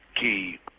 key